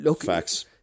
Facts